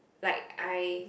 like I